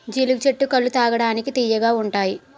జీలుగు చెట్టు కల్లు తాగడానికి తియ్యగా ఉంతాయి